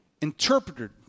interpreted